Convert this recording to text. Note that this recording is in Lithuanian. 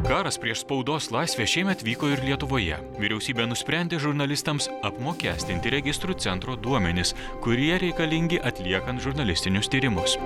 karas prieš spaudos laisvę šiemet vyko ir lietuvoje vyriausybė nusprendė žurnalistams apmokestinti registrų centro duomenis kurie reikalingi atliekant žurnalistinius tyrimus